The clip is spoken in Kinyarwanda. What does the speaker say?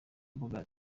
mbuga